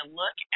look